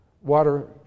water